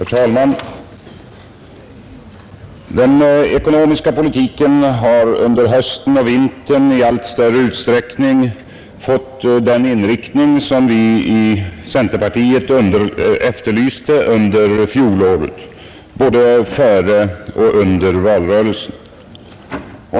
Herr talman! Den ekonomiska politiken har under hösten och vintern i allt större utsträckning fått den inriktning som vi i centerpartiet efterlyste under fjolåret, både före och under valrörelsen.